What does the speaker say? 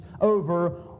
over